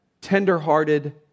tender-hearted